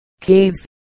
caves